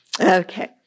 Okay